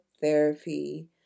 Therapy